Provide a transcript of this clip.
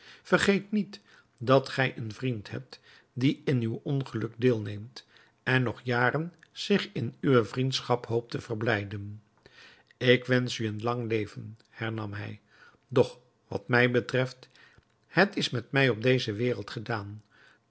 vergeet niet dat gij een vriend hebt die in uw ongeluk deelneemt en nog jaren zich in uwe vriendschap hoopt te verblijden ik wensch u een lang leven hernam hij doch wat mij betreft het is met mij op deze wereld gedaan